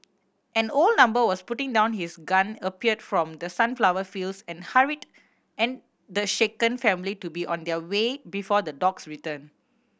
an old number was putting down his gun appeared from the sunflower fields and hurried and the shaken family to be on their way before the dogs return